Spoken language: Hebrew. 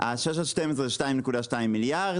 העלות מגיל 6 עד 12 2.2 מיליארד.